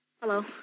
Hello